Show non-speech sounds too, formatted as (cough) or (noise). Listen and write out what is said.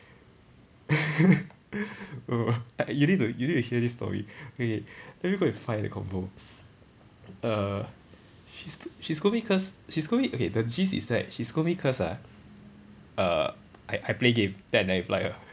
(laughs) you need to you need to hear this story wait let me go and find that convo err she she scold me cause she scold me okay the gist is right she scold me cause ah err I I play game then I never reply her